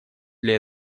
для